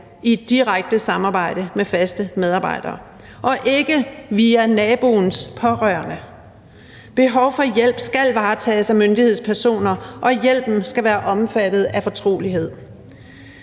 et direkte samarbejde med faste medarbejdere, og ikke via naboens pårørende. Behov for hjælp skal varetages af myndighedspersoner, og hjælpen skal være omfattet af fortrolighed.